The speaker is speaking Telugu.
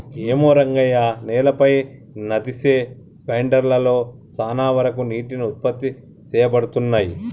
ఏమో రంగయ్య నేలపై నదిసె స్పెండర్ లలో సాన వరకు నీటికి ఉత్పత్తి సేయబడతున్నయి